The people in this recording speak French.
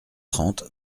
trente